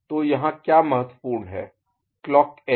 तो यहाँ क्या महत्त्वपूर्ण है क्लॉक एज